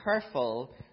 careful